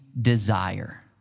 desire